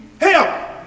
help